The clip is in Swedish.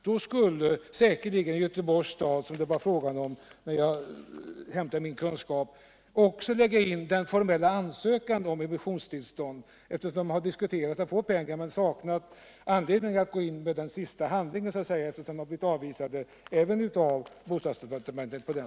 Då skulle säkerligen Göteborgs stad, som det är fråga om, också lägga in den formella ansökan om emissionstillstånd; man har saknat anledning att gå in med den sista handlingen, eftersom man vid förberedande diskussioner blivit avvisad även av bostadsdepartementet.